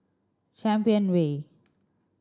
Champion Way